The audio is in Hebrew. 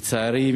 לצערי,